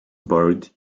buried